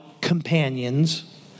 companions